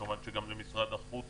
כמובן שגם למשרד החוץ